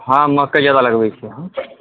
हँ मकइ अहाँ लगबै छियै